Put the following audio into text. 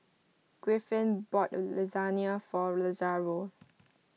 Griffin bought Lasagna for Lazaro